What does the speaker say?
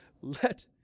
Let